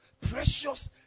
precious